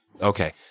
Okay